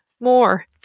more